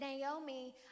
Naomi